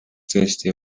tõesti